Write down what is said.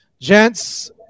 gents